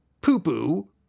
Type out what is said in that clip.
poo-poo